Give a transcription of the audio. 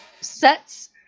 sets